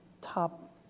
top